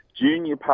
junior